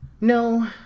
No